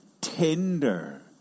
tender